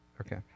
Okay